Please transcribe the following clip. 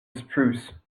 spruce